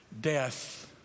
Death